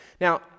Now